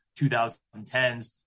2010s